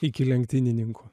iki lenktynininko